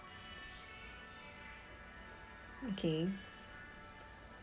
okay